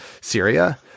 Syria